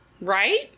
right